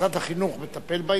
משרד החינוך מטפל בעניין?